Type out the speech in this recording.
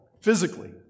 physically